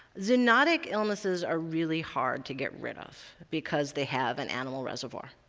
zoonotic illnesses are really hard to get rid of because they have an animal reservoir.